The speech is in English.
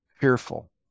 fearful